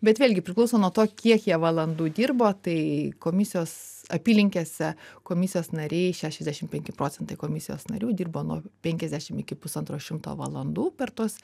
bet vėlgi priklauso nuo to kiek jie valandų dirbo tai komisijos apylinkėse komisijos nariai šešiasdešim penki procentai komisijos narių dirbo nuo penkiasdešim iki pusantro šimto valandų per tuos